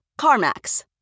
CarMax